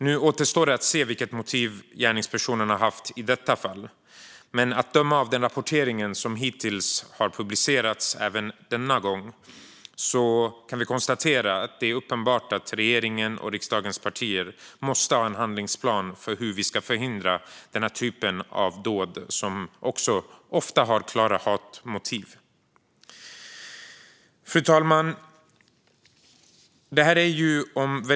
Nu återstår att se vilket motiv gärningspersonen har haft i detta fall, men att döma av den rapportering som hittills har publicerats är det uppenbart att regeringen och riksdagens partier måste ha en handlingsplan för hur vi ska förhindra den här typen av dåd som ofta har klara hatmotiv. Fru talman!